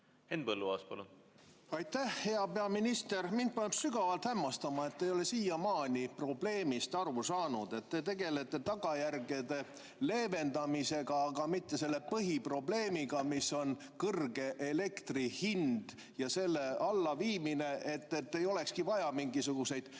Henn Põlluaas, palun! Aitäh! Hea peaminister! Mind paneb sügavalt hämmastuma, et te ei ole siiamaani probleemist aru saanud. Te tegelete tagajärgede leevendamisega, aga mitte põhiprobleemiga, milleks on kõrge elektrihind ja selle allaviimine, nii et ei olekski vaja mingisuguseid